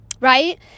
right